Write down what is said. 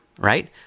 right